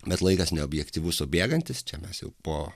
bet laikas neobjektyvus o bėgantys čia mes jau po